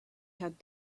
had